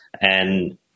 And-